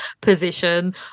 position